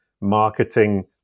marketing